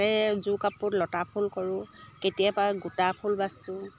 এই যোৰ কাপোৰ লতা ফুল কৰোঁ কেতিয়াবা গোটা ফুল বাচোঁ